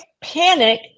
panic